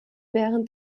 während